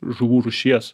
žuvų rūšies